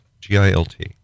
G-I-L-T